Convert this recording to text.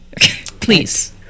Please